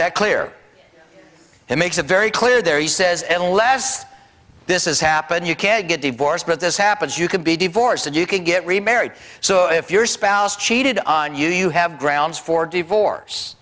that clear that makes it very clear there he says and less this has happened you can't get divorced but this happens you can be divorced and you can get remarried so if your spouse cheated on you you have grounds for divorce